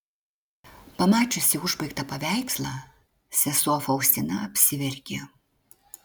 pamačiusi užbaigtą paveikslą sesuo faustina apsiverkė